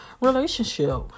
relationship